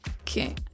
Okay